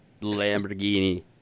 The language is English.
Lamborghini